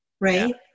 right